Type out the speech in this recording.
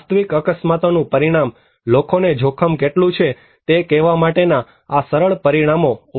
વાસ્તવિક અકસ્માતોનું પરિણામ લોકોને જોખમ કેટલું છે તે કહેવા માટેના આ સરળ પરિમાણો છે